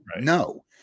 no